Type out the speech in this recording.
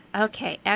okay